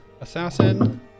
assassin